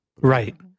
Right